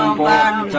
um black